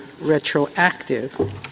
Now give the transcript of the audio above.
retroactive